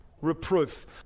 Reproof